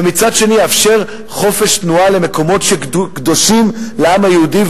ומצד אחר יאפשר חופש תנועה למקומות שקדושים לעם היהודי.